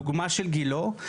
דוגמה של גילה,